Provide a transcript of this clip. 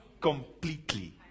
completely